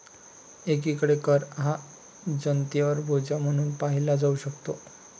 एकीकडे कर हा जनतेवर बोजा म्हणून पाहिला जाऊ शकतो